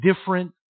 different